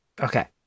Okay